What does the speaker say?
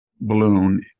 balloon